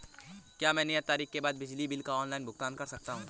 क्या मैं नियत तारीख के बाद बिजली बिल का ऑनलाइन भुगतान कर सकता हूं?